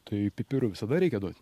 tai pipirų visada reikia duot